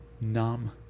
numb